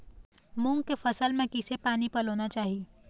मूंग के फसल म किसे पानी पलोना चाही?